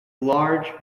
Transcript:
large